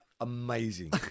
amazing